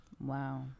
wow